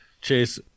Chase